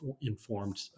informed